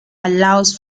allows